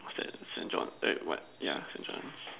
Saint Saint John eh what yeah Saint John